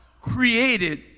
created